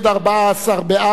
14 בעד,